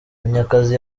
munyakazi